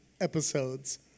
episodes